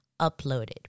uploaded